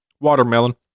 Watermelon